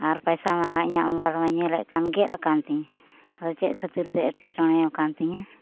ᱟᱨ ᱯᱟᱭᱥᱟ ᱢᱟ ᱤᱧᱟᱹᱜ ᱢᱳᱵᱟᱭᱤᱞ ᱨᱮᱢᱟᱧ ᱧᱮᱞ ᱟᱠᱟᱫ ᱜᱮᱫ ᱟᱠᱟᱱ ᱛᱮᱧ ᱟᱫᱚ ᱪᱮᱫ ᱠᱷᱟᱹᱛᱤᱨᱮ ᱮᱴᱠᱮᱴᱚᱲᱮ ᱟᱠᱟᱱ ᱛᱤᱧᱟᱹ